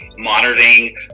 monitoring